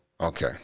Okay